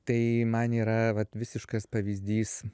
tai man yra vat visiškas pavyzdys